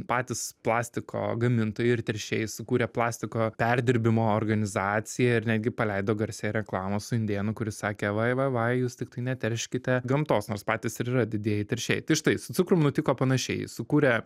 patys plastiko gamintojai ir teršėjai sukūrė plastiko perdirbimo organizaciją ir netgi paleido garsiąją reklamą su indėnu kuris sakė vai vavaj jūs tiktai neterškite gamtos nors patys ir yra didieji teršėjai tai štai su cukrum nutiko panašiai sukūrė